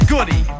Goody